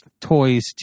toys